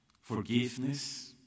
forgiveness